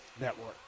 network